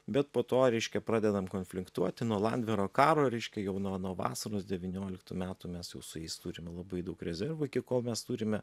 bet po to reiškia pradedam konflinktuoti nuo landvero karo reiškia jau nuo nuo vasaros devynioliktų metų mes su jais turime labai daug rezervų iki kol mes turime